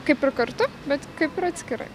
kaip ir kartu bet kaip ir atskirai